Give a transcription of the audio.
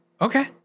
Okay